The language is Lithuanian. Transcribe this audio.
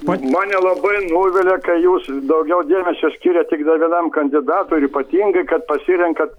mane labai nuvilia kai jūs daugiau dėmesio skiriat tiktai vienam kandidatui ir ypatingai kad pasirenkat